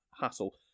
hassle